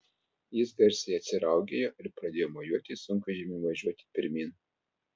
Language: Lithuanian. jis garsiai atsiraugėjo ir pradėjo mojuoti sunkvežimiui važiuoti pirmyn